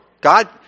God